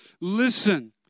Listen